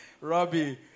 Robbie